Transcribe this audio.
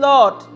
Lord